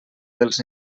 dels